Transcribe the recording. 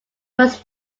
was